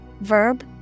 Verb